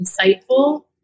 insightful